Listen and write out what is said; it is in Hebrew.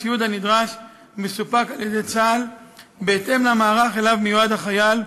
הציוד הנדרש מסופק על-ידי צה"ל בהתאם למערך שאליו מיועד החייל,